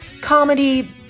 Comedy